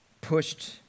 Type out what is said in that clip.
pushed